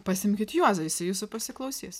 pasiimkit juozą jisai jūsų pasiklausys